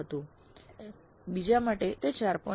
8 હતું બીજા માટે તે 4